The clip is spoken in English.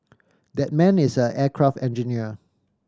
that man is an aircraft engineer